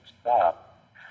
stop